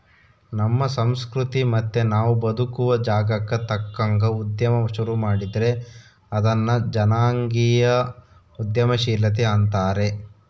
ನಮ್ಮ ಸಂಸ್ಕೃತಿ ಮತ್ತೆ ನಾವು ಬದುಕುವ ಜಾಗಕ್ಕ ತಕ್ಕಂಗ ಉದ್ಯಮ ಶುರು ಮಾಡಿದ್ರೆ ಅದನ್ನ ಜನಾಂಗೀಯ ಉದ್ಯಮಶೀಲತೆ ಅಂತಾರೆ